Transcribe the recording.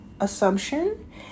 assumption